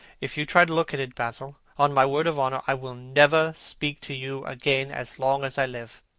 if you try to look at it, basil, on my word of honour i will never speak to you again as long as i live.